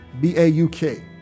B-A-U-K